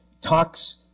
talks